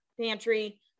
Pantry